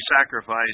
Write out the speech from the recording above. sacrifice